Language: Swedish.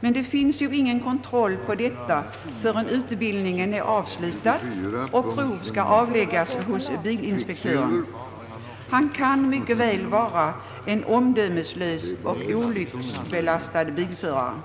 men det finns ju ingen kontroll på detta förrän utbildningen är avslutad och prov skall avläggas hos bilinspektören. Privatutbildaren kan mycket väl vara en omdömeslös och olycksbelastad bilförare.